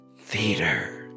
theater